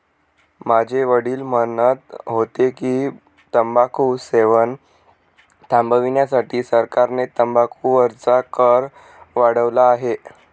माझे वडील म्हणत होते की, तंबाखू सेवन थांबविण्यासाठी सरकारने तंबाखू वरचा कर वाढवला आहे